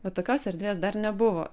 va tokios erdvės dar nebuvo